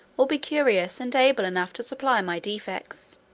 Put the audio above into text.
will be curious and able enough to supply my defects.